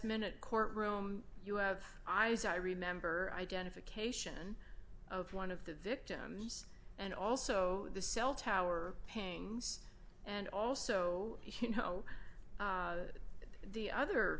minute courtroom you have eyes i remember identification of one of the victims and also the cell tower pangs and also you know the other